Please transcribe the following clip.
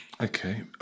Okay